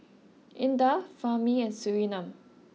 Indah Fahmi and Surinam